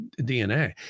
DNA